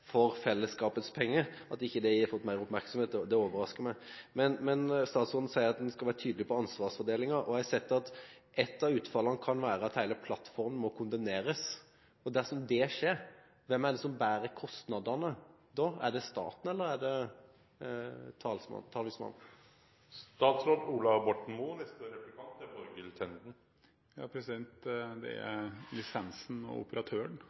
for fellesskapets penger. At det ikke har fått mer oppmerksomhet, overrasker meg. Statsråden sier at en skal være tydelig på ansvarsfordelingen, og jeg har sett at et av utfallene kan være at hele plattformen må kondemneres. Dersom det skjer, hvem er det da som bærer kostnadene? Er det staten, eller er det Talisman? Det er lisensen og operatøren